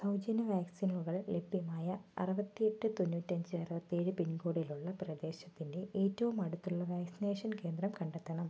സൗജന്യ വാക്സിനുകൾ ലഭ്യമായ അറുപത്തിയെട്ട് തൊണ്ണൂറ്റഞ്ച് അറുപത്തേഴ് പിൻകോഡിലുള്ള പ്രദേശത്തിൻ്റെ ഏറ്റവും അടുത്തുള്ള വാക്സിനേഷൻ കേന്ദ്രം കണ്ടെത്തണം